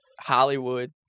hollywood